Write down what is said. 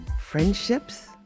friendships